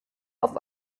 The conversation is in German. auf